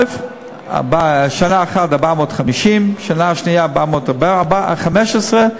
בשנה אחת, 450, שנה שנייה, 415,